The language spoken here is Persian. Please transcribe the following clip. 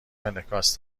انعکاس